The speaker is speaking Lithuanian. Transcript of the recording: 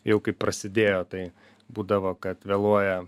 jau kai prasidėjo tai būdavo kad vėluoja